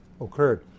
occurred